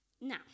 Now